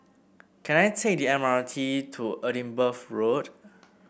can I take the M R T to Edinburgh Road